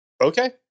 Okay